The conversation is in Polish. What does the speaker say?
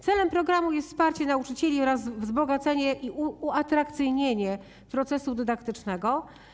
Celem programu jest wsparcie nauczycieli oraz wzbogacenie i uatrakcyjnienie procesu dydaktycznego.